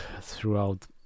throughout